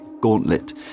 gauntlet